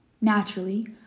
Naturally